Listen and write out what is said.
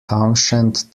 townshend